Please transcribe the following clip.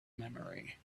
memory